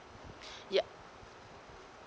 yup